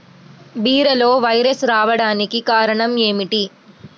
బీరలో వైరస్ రావడానికి కారణం ఏమిటి?